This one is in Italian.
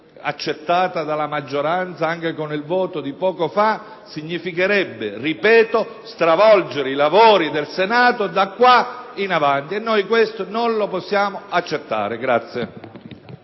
accettata dalla maggioranza, anche con il voto di poco fa, significherebbe - lo ripeto -stravolgere i lavori del Senato di qui in avanti, e questo noi non lo possiamo accettare.